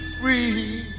free